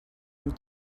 amb